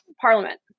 parliament